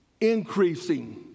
increasing